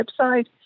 website